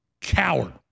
coward